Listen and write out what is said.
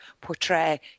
portray